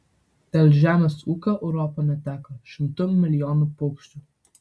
dėl žemės ūkio europa neteko šimtų milijonų paukščių